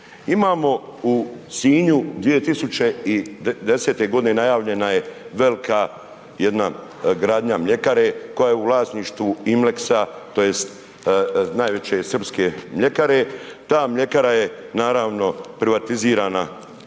Imamo u Sinju 2010.g. najavljena je velika jedna gradnja mljekare koja je u vlasništvu Imlexa tj. najveće srpske mljekare ta mljekara je naravno privatizirana